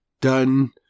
done